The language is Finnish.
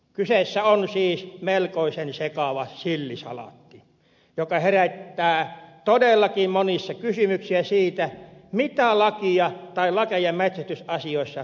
kyseessä on siis melkoisen sekava sillisalaatti joka herättää todellakin monissa kysymyksiä siitä mitä lakia tai lakeja metsästysasioissa sovelletaan